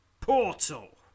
portal